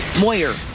Moyer